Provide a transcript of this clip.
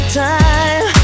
time